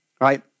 right